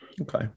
Okay